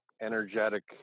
energetic